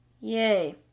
Yay